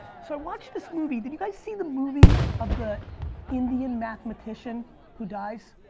so i watch this movie, did you guys see the movie of the indian mathematician who dies?